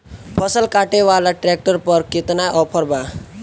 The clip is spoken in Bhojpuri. फसल काटे वाला ट्रैक्टर पर केतना ऑफर बा?